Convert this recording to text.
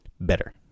better